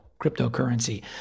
cryptocurrency